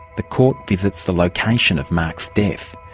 the court visits the location of mark's death.